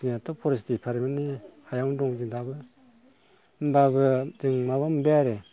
जोंहाथ' फरेस्ट डिपार्टमेन्टनि हायावनो दं जों दाबो होनबाबो जों माबा मोनबाय आरो